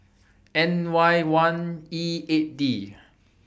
N Y one E eight D